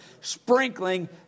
Sprinkling